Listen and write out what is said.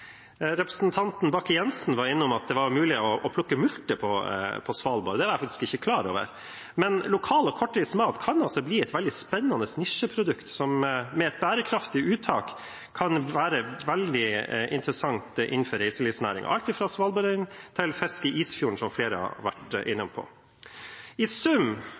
Representanten Bakke-Jensen var inne på at det er mulig å plukke multer på Svalbard. Det var jeg faktisk ikke klar over. Men lokal og kortreist mat kan bli et veldig spennende nisjeprodukt som med et bærekraftig uttak kan være veldig interessant innenfor reiselivsnæringen – alt fra svalbardrein til fiske i Isfjorden, som flere har vært inne på. I sum